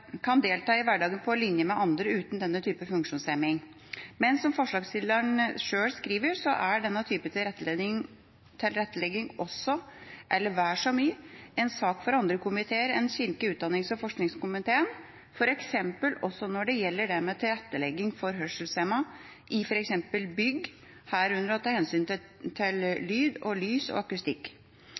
denne typen tilrettelegging også – eller vel så mye – en sak for andre komiteer enn kirke-, utdannings- og forskningskomiteen, f.eks. når det gjelder tilrettelegging for hørselshemmede i bygg, herunder å ta hensyn til lyd, lys og akustikk. Forslagsstillerne viser også til regjeringspartiene Høyre og Fremskrittspartiet sine forslag sammen med Venstre og